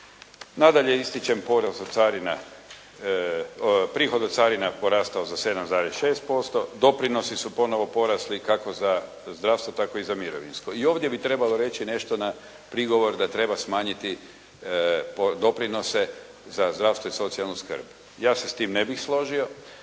poraste carina. Prihod od carina porastao je za 7,6%, doprinosi su ponovo porasli kako za zdravstvo tako i za mirovinsko. I ovdje bi trebalo reći nešto i na prigovor da treba smanjiti doprinose za zdravstvo i socijalnu skrb. Ja se s tim ne bih složio,